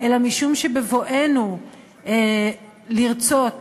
אלא משום שבבואנו לרצות